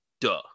duh